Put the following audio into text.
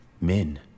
Men